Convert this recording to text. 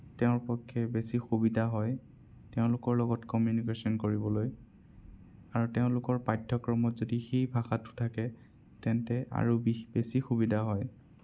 তেওঁৰ পক্ষে বেছি সুবিধা হয় তেওঁলোকৰ লগত কমিউনিকেশ্যন কৰিবলৈ আৰু তেওঁলোকৰ পাঠ্যক্ৰমত যদি সেই ভাষাটো থাকে তেন্তে আৰু বেছি সুবিধা হয়